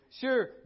Sure